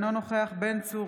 אינו נוכח אוריאל בוסו,